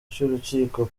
cy’urukiko